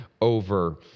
over